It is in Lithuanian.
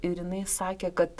ir jinai sakė kad